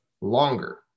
longer